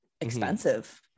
expensive